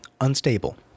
unstable